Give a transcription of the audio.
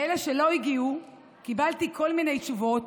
מאלה שלא הגיעו קיבלתי כל מיני תשובות,